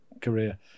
career